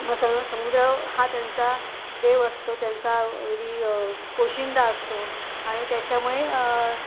मग समुद्र समुद्र हा त्यांचा देव असतो त्यांचा री पोशिंदा असतो आणि त्याच्यामुळे